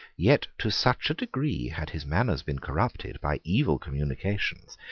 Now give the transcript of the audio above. yet to such a degree had his manners been corrupted by evil communications,